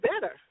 better